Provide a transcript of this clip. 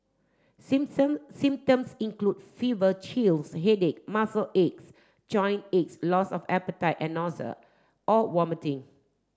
symptoms include fever chills headache muscle aches joint aches loss of appetite and nausea or vomiting